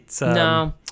No